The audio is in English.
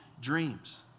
dreams